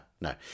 no